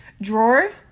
drawer